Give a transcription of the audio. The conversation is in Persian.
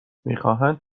میخواهند